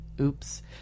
oops